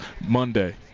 Monday